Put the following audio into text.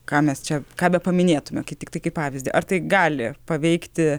ką mes čia ką bepaminėtume kaip tiktai kaip pavyzdį ar tai gali paveikti